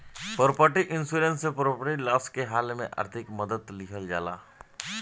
property insurance से property loss के हाल में आर्थिक मदद लीहल जाला